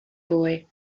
boy